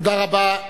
תודה רבה.